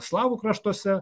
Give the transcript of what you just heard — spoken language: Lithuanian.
slavų kraštuose